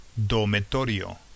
dormitorio